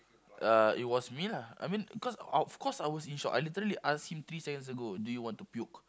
uh it was me lah I mean cause of course I was in shock I literally ask him three seconds ago do you want to puke